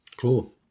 Cool